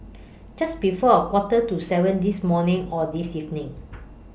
Just before A Quarter to seven This morning Or This evening